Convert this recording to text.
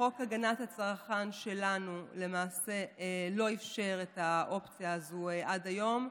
חוק הגנת הצרכן שלנו למעשה לא אפשר את האופציה הזו עד היום.